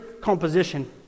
composition